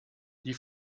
die